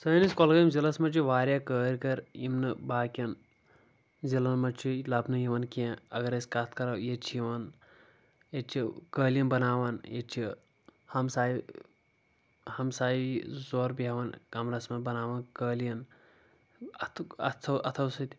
سٲنِس کۄلگٲمۍ ضِلعَس منٛز چھِ واریاہ کٲرۍ گَر یِم نہٕ باقِیَن ضِلعَن منٛز چھِ لَبنہٕ یِوان کینٛہہ اَگر أسۍ کَتھ کَرو ییٚتِہِ چھِ یِوان ییٚتہِ چھِ قٲلیٖن بَناوان ییٚتہِ چھِ ہمساے ہمسایِہ زٕ ژور بیٚہوان کمرس منٛز بناوان قٲلیٖن اَتھُک اَتھو سٕتۍ